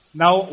now